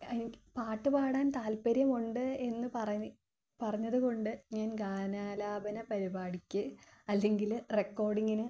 എനിക്ക് പാട്ട് പാടാൻ താൽപര്യമുണ്ട് എന്ന് പറഞ്ഞതുകൊണ്ട് ഞാൻ ഗാനാലാപന പരിപാടിക്ക് അല്ലെങ്കില് റെക്കോഡിങ്ങിന്